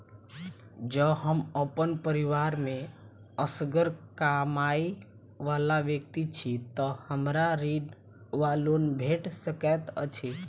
जँ हम अप्पन परिवार मे असगर कमाई वला व्यक्ति छी तऽ हमरा ऋण वा लोन भेट सकैत अछि?